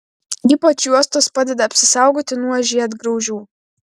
ypač juostos padeda apsisaugoti nuo žiedgraužių